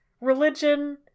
religion